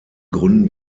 gründen